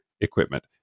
equipment